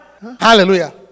Hallelujah